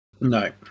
No